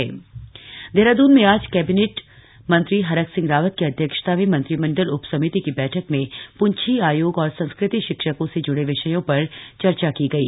मंत्रिमंडल उपसमिति बैठक देहरादून में आज कैबिनेट मंत्री हरक सिंह रावत की अध्यक्षता में मंत्रिमंडल उपसमिति की बैठक में प्छी आयोग और संस्कृत शिक्षकों से जुड़े विषयों पर चर्चा की गई